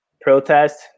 protest